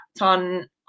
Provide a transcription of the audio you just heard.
on